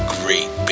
great